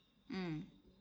mm